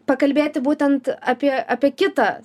pakalbėti būtent apie apie kitą